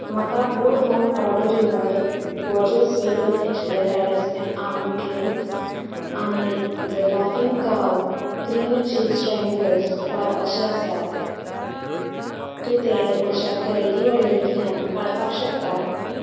म्हाका good home odour remover Borges vegan natura rice and almond drink आनी the laughing cow creamy cheese triangles काडपाचे आसात तूं ते म्हाज्या खरेदी वळेरेंतल्यान काडपाक शकता